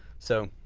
so,